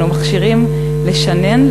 שאנו מכשירים לשנן,